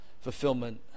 fulfillment